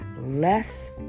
less